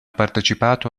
partecipato